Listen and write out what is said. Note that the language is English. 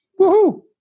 Woohoo